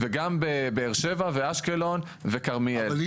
וגם לבאר שבע ואשקלון וכרמיאל ואז יש מגוון.